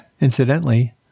Incidentally